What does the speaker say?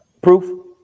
Proof